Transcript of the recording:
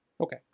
Okay